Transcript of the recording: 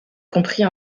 compris